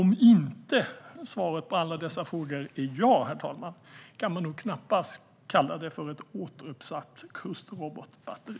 Om inte svaret på alla dessa frågor är ja kan man knappast kalla det för ett återuppsatt kustrobotbatteri.